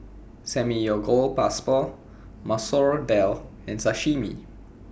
Samgeyopsal Masoor Dal and Sashimi